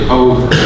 over